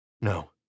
No